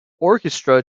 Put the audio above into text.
orchestra